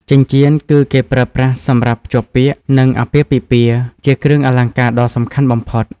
ចិញ្ជៀន គឺគេប្រើប្រាស់សម្រាប់ភ្ជាប់ពាក្យ និងអាពាហ៍ពិពាហ៍ ជាគ្រឿងអលង្ការដ៏សំខាន់បំផុត។